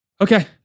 okay